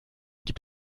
gibt